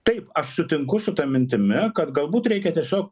taip aš sutinku su ta mintimi kad galbūt reikia tiesiog